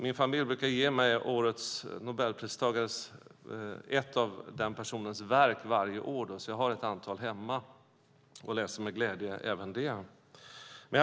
Min familj brukar ge mig något av årets Nobelpristagares verk varje år, så jag har ett antal hemma och läser även dessa med glädje.